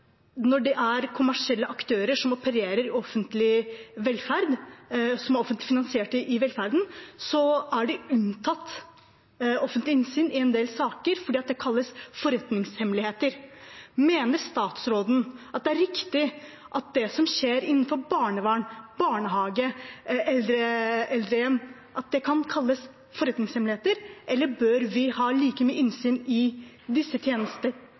når det er kommersielle aktører som opererer i offentlig velferd, som er offentlig finansiert velferd, er de unntatt offentlig innsyn i en del saker fordi det kalles forretningshemmeligheter. Mener statsråden det er riktig at det som skjer innenfor barnevern, barnehage og eldrehjem, kan kalles forretningshemmeligheter? Eller bør vi ha like mye innsyn i disse